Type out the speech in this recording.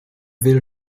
will